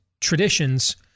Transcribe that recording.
traditions